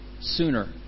sooner